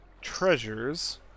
treasures